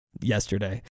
yesterday